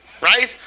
right